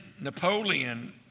Napoleon